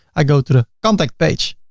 i go to the contact page